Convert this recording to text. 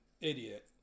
idiot